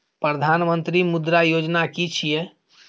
प्रधानमंत्री मुद्रा योजना कि छिए?